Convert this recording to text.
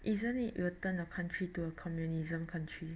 isn't it will turn the country into a communism country